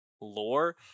lore